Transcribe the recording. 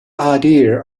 idea